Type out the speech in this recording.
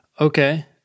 Okay